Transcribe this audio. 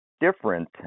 different